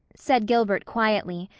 said gilbert quietly,